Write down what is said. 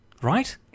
Right